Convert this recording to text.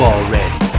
Already